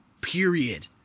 Period